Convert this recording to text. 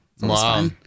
wow